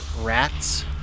rats